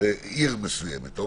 עיר מסוימת...